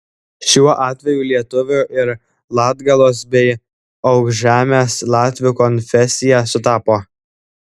šiuo atveju lietuvių ir latgalos bei aukšžemės latvių konfesija sutapo